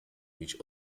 which